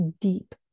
deep